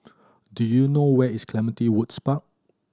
do you know where is Clementi Woods Park